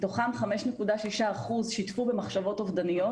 מתוכם 5.6% שיתפו במחשבות אובדניות.